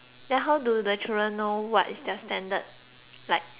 children know what is their standard like